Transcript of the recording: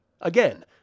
Again